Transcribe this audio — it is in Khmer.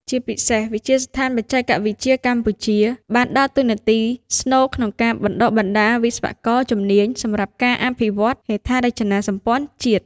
ជាពិសេស វិទ្យាស្ថានបច្ចេកវិទ្យាកម្ពុជា បានដើរតួនាទីស្នូលក្នុងការបណ្តុះបណ្តាលវិស្វករជំនាញសម្រាប់ការអភិវឌ្ឍហេដ្ឋារចនាសម្ព័ន្ធជាតិ។